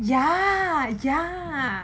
ya ya